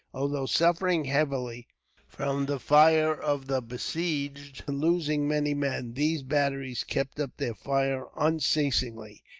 although suffering heavily from the fire of the besieged, and losing many men, these batteries kept up their fire unceasingly,